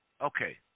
Okay